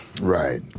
right